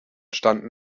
standen